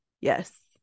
Yes